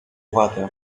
watę